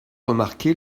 remarqué